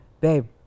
babe